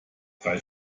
drei